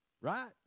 Right